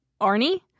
Arnie